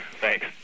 Thanks